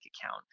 account